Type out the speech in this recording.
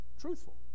truthful